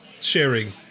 sharing